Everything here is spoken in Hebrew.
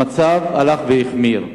המצב הלך והחמיר.